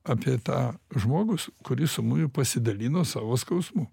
apie tą žmogus kuris su mumi pasidalino savo skausmu